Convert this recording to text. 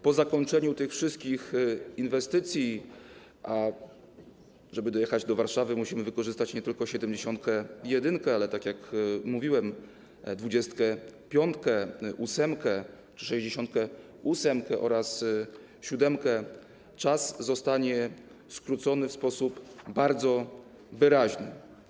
Po zakończeniu tych wszystkich inwestycji, żeby dojechać do Warszawy, musimy wykorzystać nie tylko siedemdziesiątkę jedynkę, ale tak jak mówiłem, dwudziestkę piątkę, ósemkę, sześćdziesiątkę ósemkę oraz siódemkę, czas zostanie skrócony w sposób bardzo wyraźny.